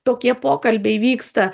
tokie pokalbiai vyksta